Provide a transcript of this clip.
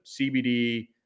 CBD